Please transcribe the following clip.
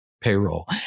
payroll